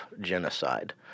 genocide